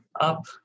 up